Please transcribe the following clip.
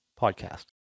podcast